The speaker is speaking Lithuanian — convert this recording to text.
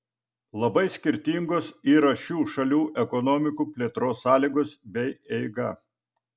labai skirtingos yra šių šalių ekonomikų plėtros sąlygos bei eiga